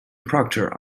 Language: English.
proctor